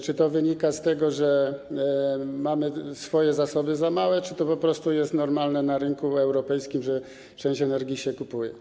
Czy to wynika z tego, że nasze zasoby są za małe, czy to po prostu jest normalne na rynku europejskim, że część energii się kupuje?